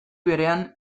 berean